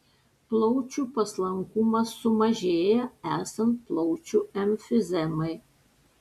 plaučių paslankumas sumažėja esant plaučių emfizemai